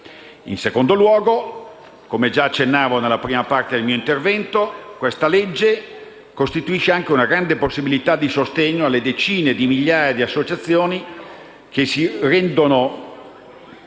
In secondo luogo, come già accennavo nella prima parte del mio intervento, questa legge costituisce anche una grande possibilità di sostegno alle decine di migliaia di associazioni che si rendono